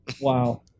Wow